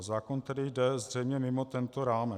Zákon tedy jde zřejmě mimo tento rámec.